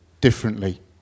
differently